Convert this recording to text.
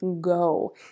go